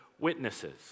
witnesses